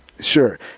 Sure